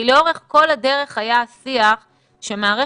כי לאורך כל הדרך היה השיח שמערכת